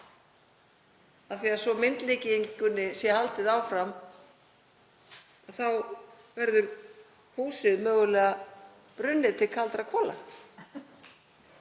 Svo að myndlíkingunni sé haldið áfram verður húsið þá mögulega brunnið til kaldra kola.